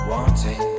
Wanting